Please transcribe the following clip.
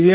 V